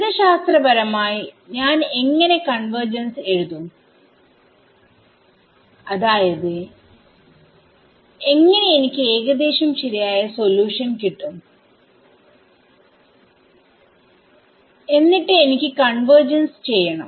ഗണിതശാസ്ത്രപരമായി ഞാൻ എങ്ങനെ കൺവെർജെൻസ് എഴുതും അതായത് എങ്ങനെ എനിക്ക് ഏകദേശം ശരിയായ സൊല്യൂഷൻ കിട്ടും എന്നിട്ട് എനിക്ക് കൺവെർജൻസ് ചെയ്യണം